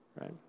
right